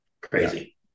crazy